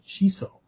Shiso